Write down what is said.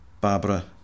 Barbara